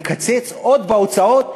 לקצץ עוד בהוצאות,